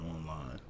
online